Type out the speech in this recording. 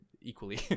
equally